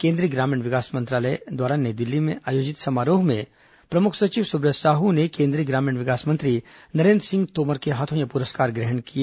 केंद्रीय ग्रामीण विकास मंत्रालय द्वारा नई दिल्ली में आयोजित समारोह में प्रमुख सचिव सुब्रत साह ने केंद्रीय ग्रामीण विकास मंत्री नरेन्द्र सिंह तोमर के हाथों ये पुरस्कार ग्रहण किए